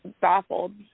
baffled